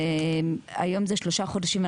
היום זה שלושה חודשים.